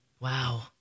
Wow